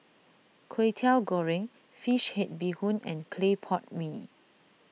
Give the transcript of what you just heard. Kwetiau Goreng Fish Head Bee Hoon and Clay Pot Mee